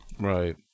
Right